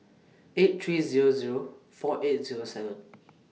eight three Zero Zero four eight Zero seven